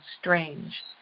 strange